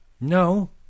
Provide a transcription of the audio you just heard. No